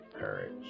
courage